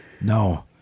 No